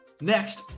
Next